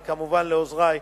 וכמובן לעוזרי,